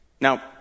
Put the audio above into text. Now